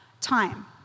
time